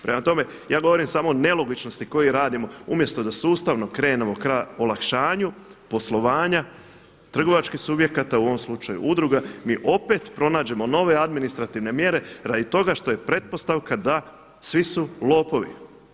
Prema tome, ja govorim samo o nelogičnostima koje radimo, umjesto da sustavno krenemo ka olakšanju poslovanja trgovačkih subjekata, u ovom slučaju udruga, mi opet pronađemo nove administrativne mjere radi toga što je pretpostavka da svi su lopovi.